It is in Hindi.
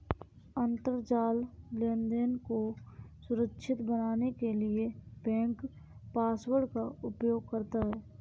अंतरजाल लेनदेन को सुरक्षित बनाने के लिए बैंक पासवर्ड का प्रयोग करता है